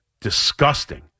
disgusting